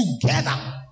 together